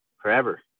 forever